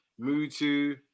Mutu